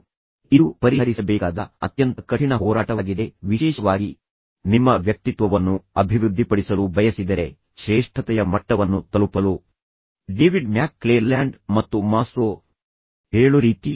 ವಾಸ್ತವವಾಗಿ ಇದು ನೀವು ಪರಿಹರಿಸಬೇಕಾದ ಅತ್ಯಂತ ಕಠಿಣ ಹೋರಾಟವಾಗಿದೆ ಎಂದು ನಾನು ನಿಮಗೆ ಹೇಳುತ್ತೇನೆ ವಿಶೇಷವಾಗಿ ನೀವು ನಿಮ್ಮ ವ್ಯಕ್ತಿತ್ವವನ್ನು ಅಭಿವೃದ್ಧಿಪಡಿಸಲು ಬಯಸಿದರೆ ಮತ್ತು ನಂತರ ಶ್ರೇಷ್ಠತೆಯ ಮಟ್ಟವನ್ನು ತಲುಪಲು ಡೇವಿಡ್ನಂತಹ ಮ್ಯಾಕ್ಕ್ಲೆಲ್ಯಾಂಡ್ ಮತ್ತು ನಂತರ ಮಾಸ್ಲೋ ಮಾತನ್ನಾಡುತ್ತಿರುವ ಬಗ್ಗೆ